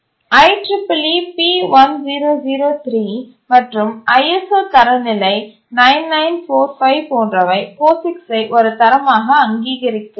IEEE P1003 மற்றும் ISO தரநிலை 9945 போன்றவை POSIXஐ ஒரு தரமாக அங்கீகரிக்கின்றன